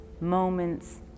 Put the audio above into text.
moments